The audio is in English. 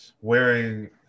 wearing